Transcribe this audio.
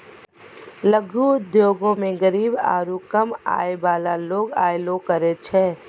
लघु उद्योगो मे गरीब आरु कम आय बाला लोग अयलो करे छै